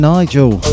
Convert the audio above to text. Nigel